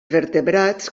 vertebrats